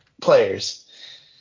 players